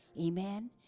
Amen